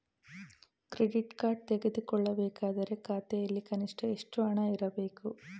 Credit card ತೆಗೆದುಕೊಳ್ಳಬೇಕಾದರೆ ಖಾತೆಯಲ್ಲಿ ಕನಿಷ್ಠ ಎಷ್ಟು ಹಣ ಇರಬೇಕು?